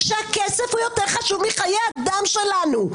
שהכסף חשוב מחיי אדם שלנו.